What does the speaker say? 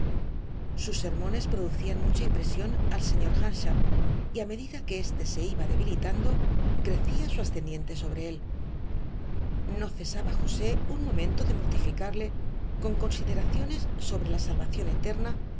sus sermones producían mucha impresión al señor earnshaw y a medida que éste se iba debilitando crecía su ascendiente sobre él no cesaba josé un momento de mortificarle con consideraciones sobre la salvación eterna